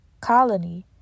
colony